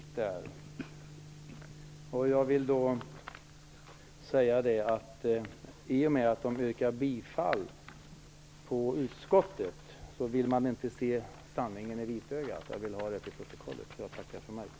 Herr talman! Jag vill då säga att i och med att det yrkas bifall till utskottets förslag vill man inte se sanningen i vitögat. Jag vill ha det till protokollet.